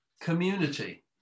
community